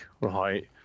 right